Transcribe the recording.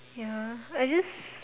ya I just